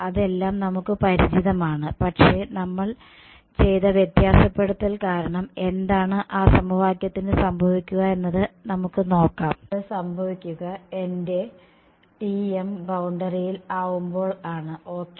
അതെല്ലാം നമുക്ക് പരിചിതമാണ് പക്ഷെ നമ്മൾ ചെയ്ത വ്യത്യാസപ്പെടുത്തൽ കാരണം എന്താണ് ആ സമവാക്യത്തിന് സംഭവിക്കുക എന്നത് നമുക്ക് നോക്കാം അത് സംഭവിക്കുക എന്റെ Tm ബൌണ്ടറിയിൽ ആവുമ്പോഴാണ് ഓക്കേ